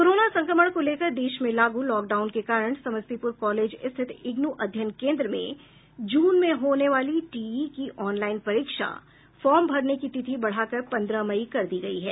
corona संक्रमण को लेकर देश में लागू लॉकडाउन के कारण समस्तीपूर कॉलेज स्थित इग्नू अध्ययन केंद्र में जून में होने वाली टीईई की ऑनलाइन परीक्षा फार्म भरने की तिथि बढ़ा कर पन्द्रह मई कर दी गई है